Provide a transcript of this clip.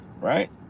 Right